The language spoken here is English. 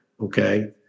okay